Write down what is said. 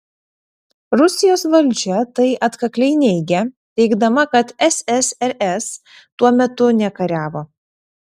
rusijos valdžia tai atkakliai neigia teigdama kad ssrs tuo metu nekariavo